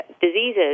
diseases